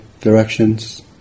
directions